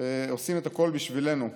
ועושים את הכול בשבילנו.